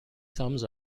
thumbs